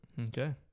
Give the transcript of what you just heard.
Okay